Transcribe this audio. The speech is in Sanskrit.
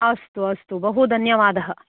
अस्तु अस्तु बहुधन्यवाद